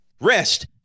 rest